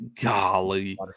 golly